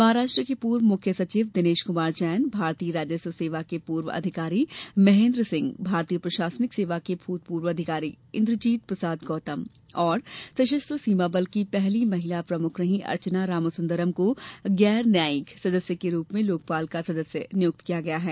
महाराष्ट्र के पूर्व मुख्य सचिव दिनेश कुमार जैन भारतीय राजस्व सेवा के पूर्व अधिकारी महेन्द्र सिंह भारतीय प्रशासनिक सेवा के भूतपूर्व अधिकारी इन्द्रजीत प्रसाद गौतम और सशस्त्र सीमा बल की पहली महिला प्रमुख रही अर्चना रामसुन्दरम को गैर न्यायिक सदस्य के रूप में लोकपाल का सदस्य नियुक्त किया गया है